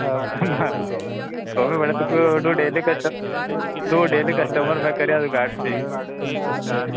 अ कमी म्हळ्यार तुका तूं डैली कस्ट तूं डैली कस्टमर म्हूण करया तुका आठशीं